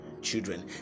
children